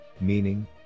meaning